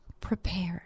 prepared